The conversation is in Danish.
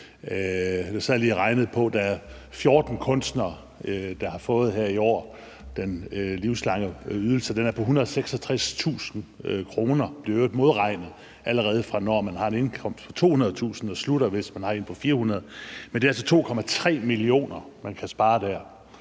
14 kunstnere, der her i år har fået den livslange ydelse. Den er på 166.000 kr., og der bliver i øvrigt modregnet, allerede når man har en indkomst på 200.000 kr., og det slutter, hvis man har en på 400.000 kr. Men det er altså 2,3 mio. kr. ud af 800 mio.